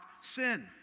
sin